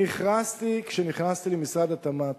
אני הכרזתי, כשנכנסתי למשרד התמ"ת,